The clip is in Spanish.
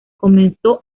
comenzó